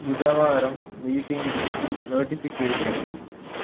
బుదవారం మీటింగ్కి నోటిఫికేషన్